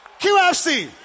QFC